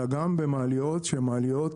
אלא גם במעליות שהן מעליות,